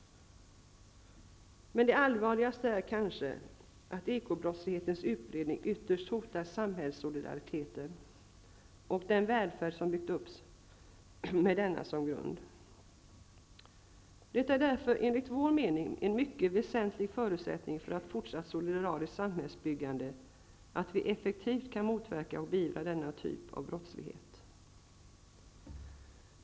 Det allvarligaste är kanske ändå att ekobrottslighetens utbredning ytterst hotar samhällssolidariteten och den välfärd som byggts upp med denna som grund. Det är därför enligt vår mening en mycket väsentlig förutsättning för ett fortsatt solidariskt samhällsbyggande att vi effektivt kan motverka och beivra denna typ av brottslighet.